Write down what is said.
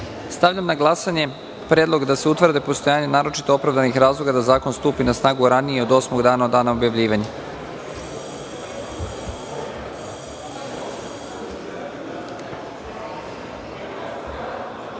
na glasanje predlog da se utvrdi postojanje naročito opravdanih razloga da zakon stupi na snagu ranije od osmog dana od dana objavljivanja. Zaključujem